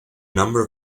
number